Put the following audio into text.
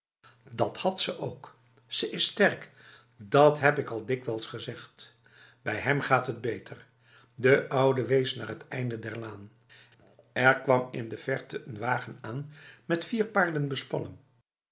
dat had ze ook ze is sterk dat heb ik al dikwijls gezegd bij hem gaat het beteif de oude wees naar het einde der laan er kwam in de verte een wagen aan met vier paarden bespannen